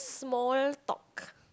small talk